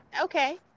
okay